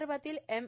विदर्भातील एम